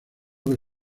que